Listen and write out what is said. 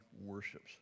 worships